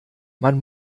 man